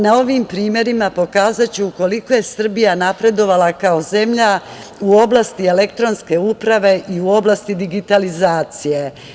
Na ovim primerima pokazaću koliko je Srbija napredovala kao zemlja u oblasti elektronske uprave i u oblasti digitalizacije.